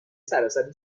سراسر